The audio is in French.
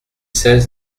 seize